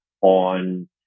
on